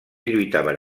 lluitaven